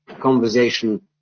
conversation